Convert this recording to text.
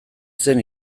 zen